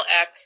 Eck